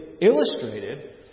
illustrated